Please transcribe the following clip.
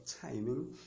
timing